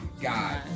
God